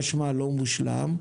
חשמל לא מושלמות.